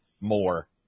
more